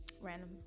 Random